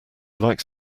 likes